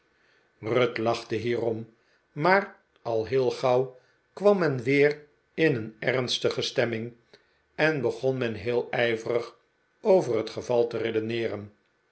lachte hierom maar al heel gauw kwam men weer in een ernstige stemming en begon men heel ijverig over het geval te redeneeren